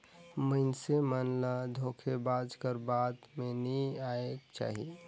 मइनसे मन ल धोखेबाज कर बात में नी आएक चाही